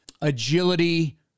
agility